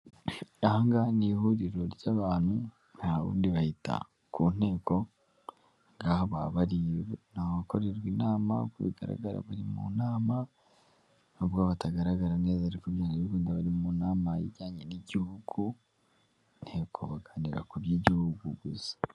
Ahangaha ni ihuriro ry'abantu, nta wundi bayita ku nteko. Ahangaha baba bari n'ahakorerwa inama, bigaragara bari mu nama. Nubwo batagaragara neza ariko byanze bikunda bari mu nama, ijyanye n'igihugu nteko baganira ku by'igihugu gusa.